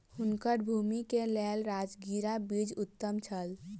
हुनकर भूमि के लेल राजगिरा बीज उत्तम छल